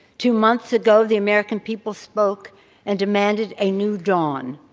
two months ago, the american people spoke and demanded a new dawn.